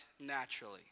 naturally